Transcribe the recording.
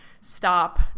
stop